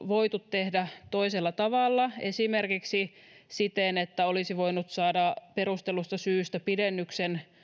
voitu saavuttaa toisella tavalla esimerkiksi siten että olisi voinut saada perustellusta syystä pidennyksen